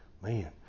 Man